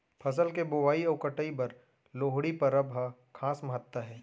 फसल के बोवई अउ कटई बर लोहड़ी परब ह खास महत्ता हे